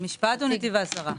אז משפט או נתיב העשרה?